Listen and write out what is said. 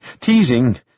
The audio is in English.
teasing